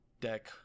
deck